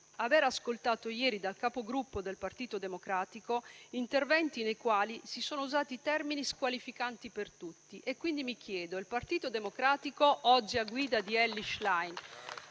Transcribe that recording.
aver ascoltato ieri dal Capogruppo del Partito Democratico interventi nei quali si sono usati termini squalificanti per tutti. Quindi mi chiedo, il Partito Democratico, oggi a guida di Elly Schlein,